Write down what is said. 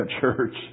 church